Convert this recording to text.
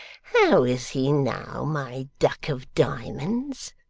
how is he now, my duck of diamonds